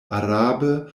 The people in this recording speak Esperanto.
arabe